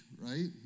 right